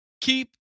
keep